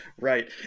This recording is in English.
Right